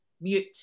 mute